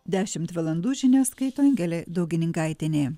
dešimt valandų žinias skaito angelė daugininkaitienė